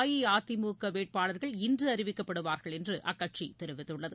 அஇஅதிமுக வேட்பாளர்கள் இன்று அறிவிக்கப்படுவார்கள் என்று அக்கட்சி தெரிவித்துள்ளது